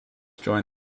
joined